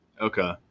Okay